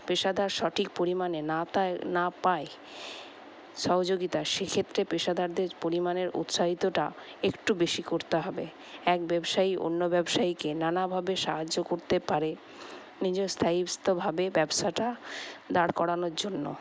পেশাদার সঠিক পরিমাণে না পায় সহযোগিতা সেক্ষেত্রে পেশাদারদের পরিমাণের উৎসাহটা একটু বেশি করতে হবে এক ব্যবসায়ী অন্য ব্যবসায়ীকে নানাভাবে সাহায্য করতে পারে নিজের স্থায়িত্ব ভাবে ব্যবসাটা দাঁড় করানোর জন্য